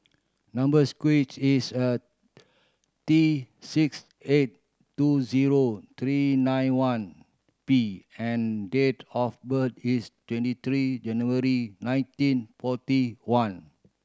number sequent is a T six eight two zero three nine one P and date of birth is twenty three January nineteen forty one